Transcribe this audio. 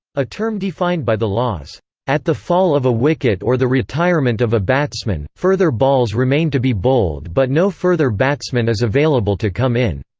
a term defined by the laws at the fall of a wicket or the retirement of a batsman, further balls remain to be bowled but no further batsman is available to come in.